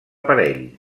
parell